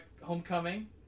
homecoming